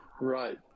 Right